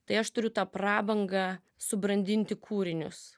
tai aš turiu tą prabangą subrandinti kūrinius